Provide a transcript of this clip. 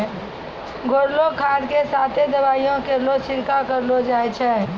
घोललो खाद क साथें दवाइयो केरो छिड़काव करलो जाय छै?